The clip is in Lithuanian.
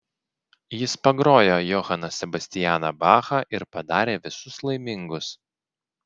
jis pagrojo johaną sebastianą bachą ir padarė visus laimingus